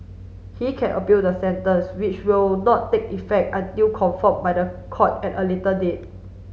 he can appeal the sentence which will not take effect until confirm by the court at a later date